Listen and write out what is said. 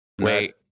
wait